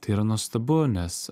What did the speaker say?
tai yra nuostabu nes